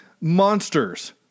Monsters